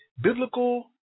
biblical